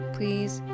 please